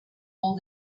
all